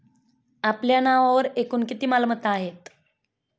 आपल्या नावावर एकूण किती मालमत्ता आहेत?